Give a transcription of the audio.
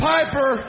Piper